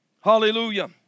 Hallelujah